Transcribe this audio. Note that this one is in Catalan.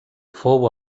fou